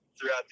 throughout